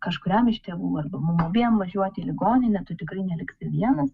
kažkuriam iš tėvų arba mum abiem važiuoti į ligoninę tu tikrai neliksi vienas